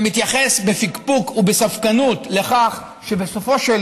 שמתייחס בפקפוק ובספקנות לכך שבסופו של